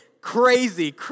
crazy